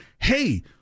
hey